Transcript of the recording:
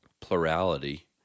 plurality